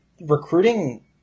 recruiting